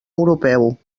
europeu